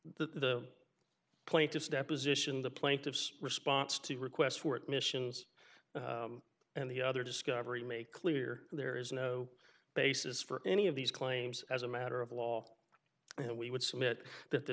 the plaintiff's deposition the plaintiff's response to requests for it missions and the other discovery make clear there is no basis for any of these claims as a matter of law and we would submit that the